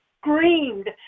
screamed